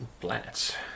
Planets